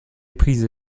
prise